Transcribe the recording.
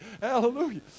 Hallelujah